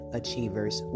achievers